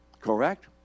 Correct